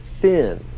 thin